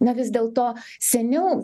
na vis dėlto seniau